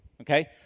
Okay